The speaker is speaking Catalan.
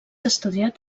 estudiat